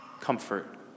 Comfort